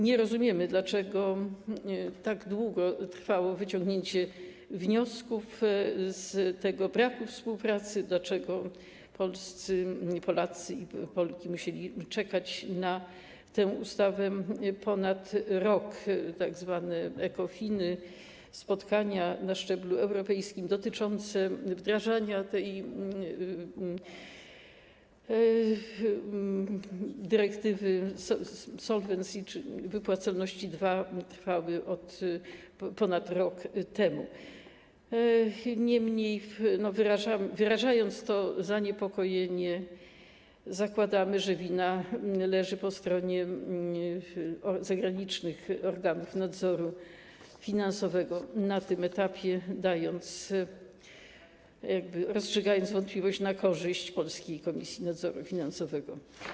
Nie rozumiemy, dlaczego tak długo trwało wyciągnięcie wniosków z tego braku współpracy, dlaczego Polacy i Polki musieli czekać na tę ustawę ponad rok, tzw. Ecofiny, spotkania na szczeblu europejskim dotyczące wdrażania tej dyrektywy Solvency II, czyli Wypłacalność II, trwały ponad rok. Niemniej, wyrażając to zaniepokojenie, zakładamy, że wina leży po stronie zagranicznych organów nadzoru finansowego, na tym etapie rozstrzygając wątpliwość na korzyść polskiej Komisji Nadzoru Finansowego.